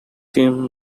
team